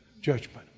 judgment